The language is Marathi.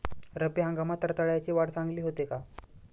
रब्बी हंगामात रताळ्याची वाढ चांगली होते का?